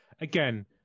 again